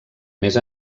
més